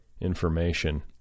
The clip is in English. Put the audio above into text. information